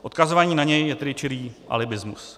Odkazování na něj je tedy čirý alibismus.